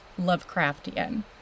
Lovecraftian